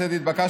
ה'